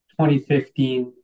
2015